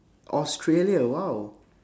australia !wow!